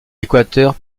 équateur